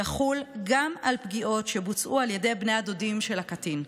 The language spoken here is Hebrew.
יחול גם על פגיעות שבוצעו על ידי בני הדודים של הקטין.